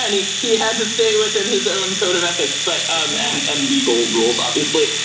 and he he had to stay within his own code of ethics but um and and legal rules obviously.